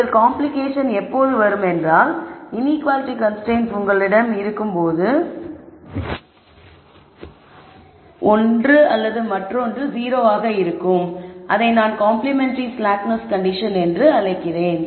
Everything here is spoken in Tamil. இதில் காம்ப்ளிகேஷன் எப்போது வருமென்றால் இன்ஈக்குவாலிட்டி கன்ஸ்ரைன்ட்ஸ் உங்களிடம் இருக்கும் போது உங்களிடம் ஒன்று அல்லது மற்றொன்று 0 ஆக இருக்கும் அதை நாம் காம்ப்ளிமென்டரி ஸ்லாக்னஸ் கண்டிஷன் என்று அழைக்கிறோம்